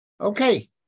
Okay